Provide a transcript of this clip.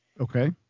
Okay